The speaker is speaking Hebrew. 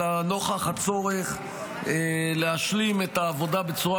אלא נוכח הצורך להשלים את העבודה בצורה